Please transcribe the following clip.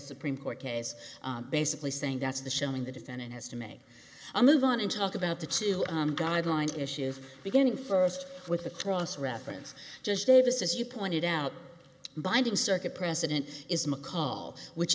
supreme court case basically saying that's the showing the defendant has to make a move on and talk about the two guidelines issue beginning first with the cross reference judge davis as you pointed out binding circuit precedent is mccall which